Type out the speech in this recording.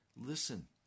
listen